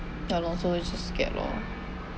ya lor so it's just scared lor